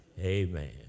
Amen